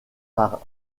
par